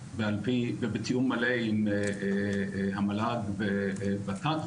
ובתיאום מלא עם המל"ג והוות"ת,